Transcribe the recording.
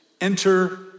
Enter